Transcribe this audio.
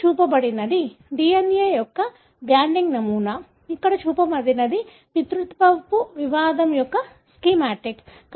ఇక్కడ చూపబడినది DNA యొక్క బ్యాండింగ్ నమూనా ఇక్కడ చూపబడినది పితృత్వ వివాదం యొక్క స్కీమాటిక్